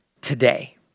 today